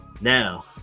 Now